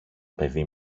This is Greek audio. παιδί